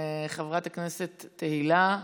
חברת הכנסת תהלה פרידמן,